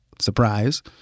surprise